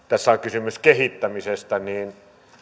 tässä on kysymys kehittämisestä niin